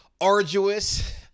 arduous